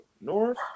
North